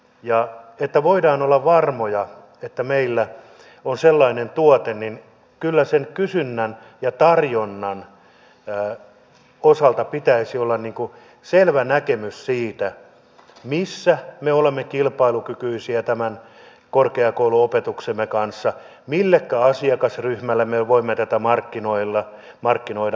ja jotta voidaan olla varmoja että meillä on sellainen tuote niin kyllä sen kysynnän ja tarjonnan osalta pitäisi olla selvä näkemys siitä missä me olemme kilpailukykyisiä tämän korkeakouluopetuksemme kanssa ja millekä asiakasryhmälle me voimme tätä markkinoida